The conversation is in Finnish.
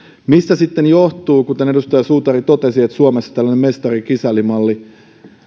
mistä sitten johtuu kuten edustaja suutari totesi että suomessa tällainen mestari kisälli malli